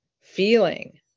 feeling